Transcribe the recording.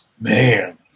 Man